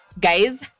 guys